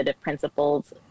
principles